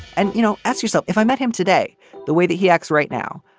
and you know ask yourself if i met him today the way that he acts right now.